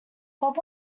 what